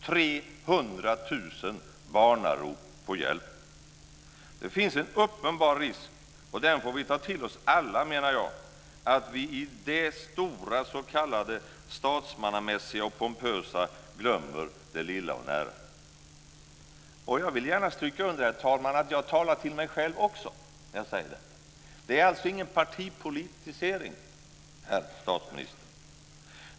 300 000 barnarop på hjälp! Det finns en uppenbar risk, och den får vi ta till oss alla, menar jag, att vi i det stora s.k. statsmannamässiga och pompösa glömmer det lilla och det nära. Jag vill gärna stryka under, herr talman, att jag talar till mig själv också när jag säger detta. Det är alltså ingen partipolitisering, herr statsminister.